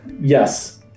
Yes